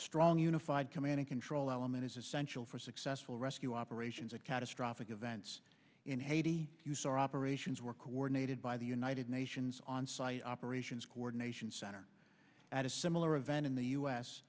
strong unified command and control element is essential for successful rescue operations a catastrophic events in haiti use our operations were coordinated by the united nations on site operations coordination center at a similar event in the u s